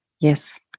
yes